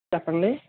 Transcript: చెప్పండి